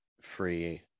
free